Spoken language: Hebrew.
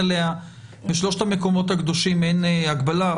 בשלושת המקומות הקדושים אין הגבלה,